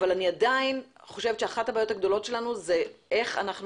אבל אני עדיין חושבת שאחת הבעיות הגדולות שלנו זה איך אנחנו